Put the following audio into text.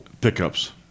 pickups